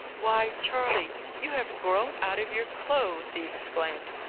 why, charley, you have grown out of your clothes! he exclaimed.